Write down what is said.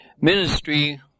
ministry